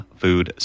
food